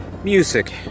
Music